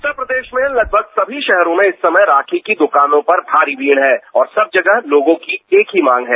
उत्तर प्रदेश के लगभग सभी शहरो में इस समय राखी की दुकानों पर भारी भीड़ है और सब जगह लोगों की एक ही मांग है